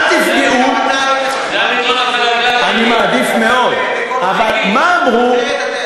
אל תפגעו, גם אתה היית מעדיף שזה לא יקרה.